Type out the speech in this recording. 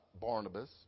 Barnabas